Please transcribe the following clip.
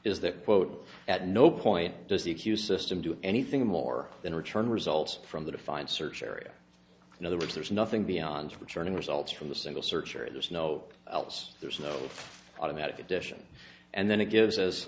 is that quote at no point does the accused system do anything more than return results from the defined search area in other words there's nothing beyond returning results from the simple search area there's no else there's no automatic addition and then it gives